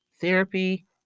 Therapy